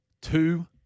two